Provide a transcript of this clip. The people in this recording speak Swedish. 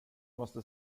måste